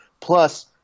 Plus